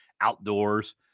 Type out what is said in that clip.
outdoors